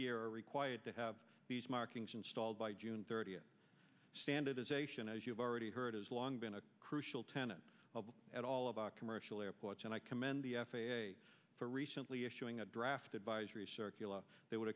year are required to have these markings installed by june thirtieth standardisation as you've already heard has long been a crucial tenet at all commercial airports and i commend the f a a for recently issuing a draft advisory circular that would